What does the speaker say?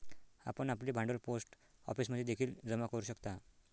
आपण आपले भांडवल पोस्ट ऑफिसमध्ये देखील जमा करू शकता